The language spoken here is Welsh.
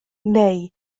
neu